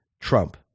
Trump